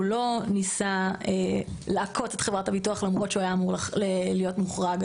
הוא לא ניסה להכות את חברת הביטוח למרות שהוא היה אמור להיות מוחרג.